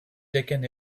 taken